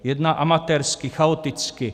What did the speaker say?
Jedná amatérsky, chaoticky.